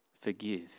Forgive